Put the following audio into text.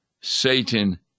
Satan